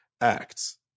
acts